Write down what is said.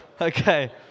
Okay